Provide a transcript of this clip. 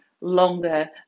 longer